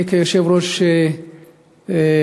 אני, כיושב-ראש השדולה,